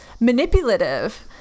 manipulative